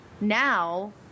now